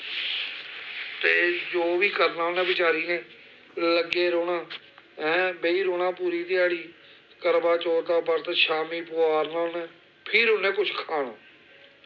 ते जो बी करना उन्नै बचारी ने लग्गे रौह्ना ऐं बेही रौह्ना पूरी ध्याड़ी करवाचौथ दा बरत शामी पोआरना उन्नै फिर उन्नै कुछ खाना